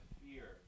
fear